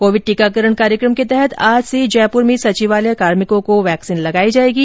Covid टीकाकरण कार्यकम के तहत आज से जयपुर में सचिवालय कार्मिकों को कोरोना वैक्सीन लगाई जाएगी